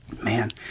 man